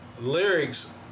lyrics